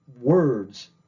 words